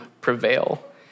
prevail